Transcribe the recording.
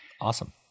awesome